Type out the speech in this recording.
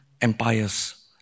empires